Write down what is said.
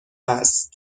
است